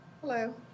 Hello